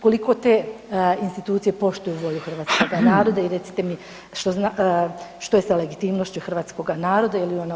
Koliko te institucije poštuju volju hrvatskoga naroda i recite mi što je sa legitimnošću hrvatskoga naroda, je li ona ugrožena?